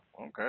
okay